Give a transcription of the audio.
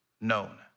known